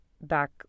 back